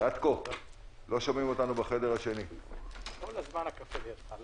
לכל הצוותים המקצועיים,